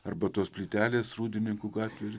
arba tos plytelės rūdininkų gatvėj ir